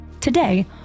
Today